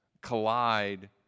collide